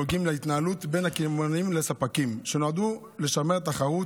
הנוגעים להתנהלות בין הקמעונאים לספקים שנועדו לשמר תחרות.